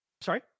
Sorry